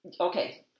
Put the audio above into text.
Okay